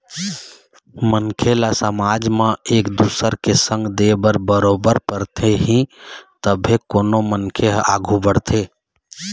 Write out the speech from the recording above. मनखे ल समाज म एक दुसर के संग दे बर बरोबर परथे ही तभे कोनो मनखे ह आघू बढ़थे